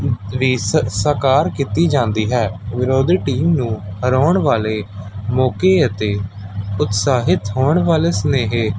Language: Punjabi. ਵੀ ਸ ਸਾਕਾਰ ਕੀਤੀ ਜਾਂਦੀ ਹੈ ਵਿਰੋਧੀ ਟੀਮ ਨੂੰ ਹਰਾਉਣ ਵਾਲੇ ਮੌਕੇ ਅਤੇ ਉਤਸਾਹਿਤ ਹੋਣ ਵਾਲੇ ਸੁਨੇਹੇ